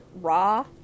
raw